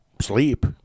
sleep